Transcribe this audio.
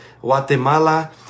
Guatemala